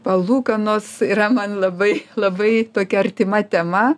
palūkanos yra man labai labai tokia artima tema